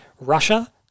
Russia